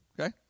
okay